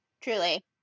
Truly